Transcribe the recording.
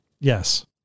Yes